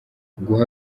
guha